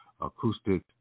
Acoustic